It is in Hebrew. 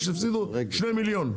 אחרי שהפסידו שני מיליון.